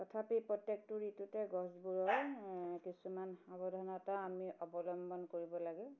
তথাপি প্ৰত্যেকটো ঋতুতে গছবোৰৰ কিছুমান সাৱধানতা আমি অৱলম্বন কৰিব লাগে